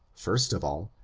first of all,